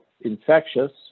infectious